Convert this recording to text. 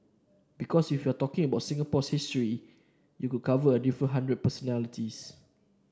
because if you're talking about Singapore's history you could cover a hundred different personalities